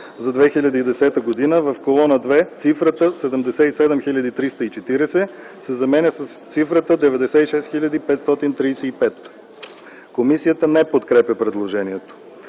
за 2010 г., в колона 2, цифрата „77 340,0” се заменя с цифрата „96 535,0”. Комисията не подкрепя предложението.